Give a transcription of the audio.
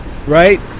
Right